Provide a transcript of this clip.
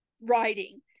writing